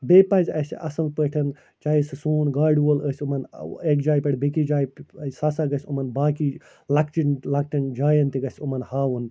بیٚیہِ پَزِ اسہِ اصٕل پٲٹھۍ چاہے سُہ سون گاڑِ وول آسہِ یِمَن اَکہ جایہِ پٮ۪ٹھ بیٚیِس جایہِ سُہ ہَسا گَژھہِ یِمن باقٕے لَکچیٚن لَکٹیٚن لَکٹیٚن جایَن تہِ گَژھہِ یِمَن ہاوُن